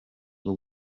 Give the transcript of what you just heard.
bwo